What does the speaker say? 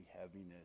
heaviness